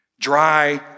dry